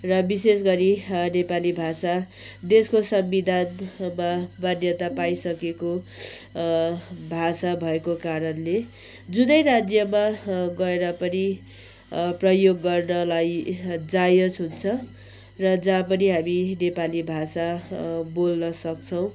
र विशेष गरी नेपाली भाषा देशको संविधानमा मान्यता पाइसकेको भाषा भएको कारणले जुनै राज्यमा गएर पनि प्रयोग गर्नलाई जायज हुन्छ र जहाँ पनि हामी नेपाली भाषा बोल्न सक्छौँ